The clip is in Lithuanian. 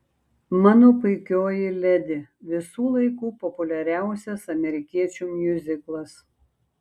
mano puikioji ledi visų laikų populiariausias amerikiečių miuziklas